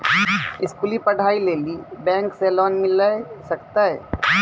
स्कूली पढ़ाई लेली बैंक से लोन मिले सकते?